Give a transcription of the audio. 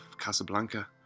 Casablanca